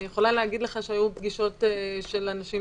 אני יכולה להגיד לך שהיו פגישות של אנשים